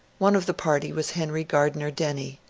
one of the party was henry gar diner denny,